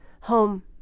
Home